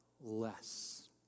less